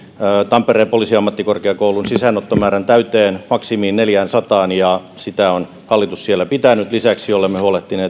tampereen poliisiammattikorkeakoulun sisäänottomäärän täyteen maksimiin neljäänsataan ja sitä on hallitus siellä pitänyt lisäksi olemme huolehtineet että joka ainut